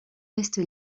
reste